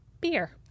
beer